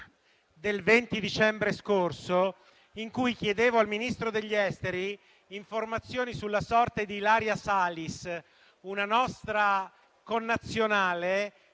del 20 dicembre scorso, in cui ho chiesto al Ministro degli affari esteri informazioni sulla sorte di Ilaria Salis, una nostra connazionale